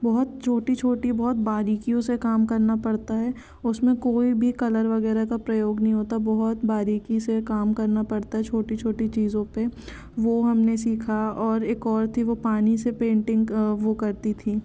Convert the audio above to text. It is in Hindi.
बहुत छोटी छोटी बहुत बारीकियों से काम करना पड़ता है उसमें कोई भी कलर वगैरह का प्रयोग नहीं होता बहुत बारीकी से काम करना पड़ता है छोटी छोटी चीज़ों पे वो हमने सीखा और एक और थी वो पानी से पेंटिंग वो करती थी